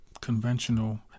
conventional